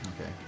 Okay